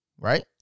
Right